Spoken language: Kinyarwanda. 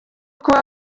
kuba